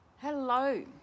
Hello